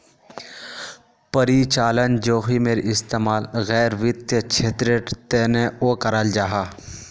परिचालन जोखिमेर इस्तेमाल गैर वित्तिय क्षेत्रेर तनेओ कराल जाहा